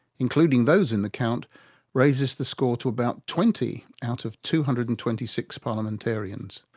including those in the count raises the score to about twenty out of two hundred and twenty six parliamentarians.